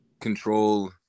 control